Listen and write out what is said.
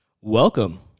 Welcome